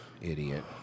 Idiot